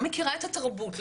לא מכירה את התרבות,